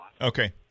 Okay